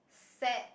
sad